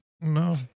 no